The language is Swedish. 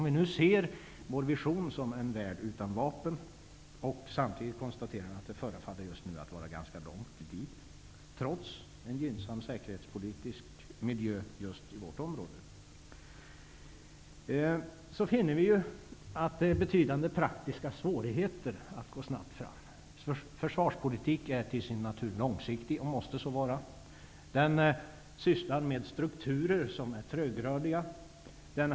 Vi ser visionen av en värld utan vapen. Men vi kan samtidigt konstatera att det förefaller att vara ganska långt dit, trots en gynnsam säkerhetspolitisk miljö i vårt område. Det finns betydande praktiska svårigheter med att gå snabbt fram. Vår försvarspolitik är till sin natur långsiktig och måste så vara. Den omfattar strukturer som är trögrörliga.